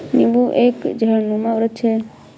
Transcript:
नींबू एक झाड़नुमा वृक्ष है